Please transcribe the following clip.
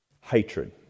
hatred